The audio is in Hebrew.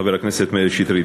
חבר הכנסת מאיר שטרית,